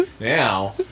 Now